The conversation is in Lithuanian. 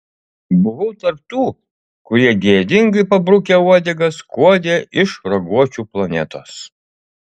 buvau tarp tų kurie gėdingai pabrukę uodegas skuodė iš raguočių planetos